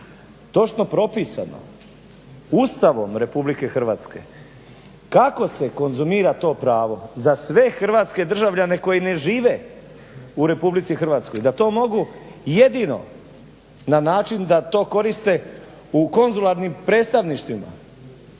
točno propisano Ustavom RH kako se konzumira to pravo za sve hrvatske državljane koji ne žive u RH, da to mogu jedino na način da to koriste u konzularnim predstavništvima